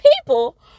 people